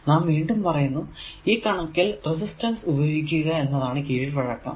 നാം വീണ്ടും പറയുന്നു ഈ കണക്കിൽ റെസിസ്റ്റൻസ് ഉപയോഗിക്കുക എന്നതാണ് കീഴ്വഴക്കം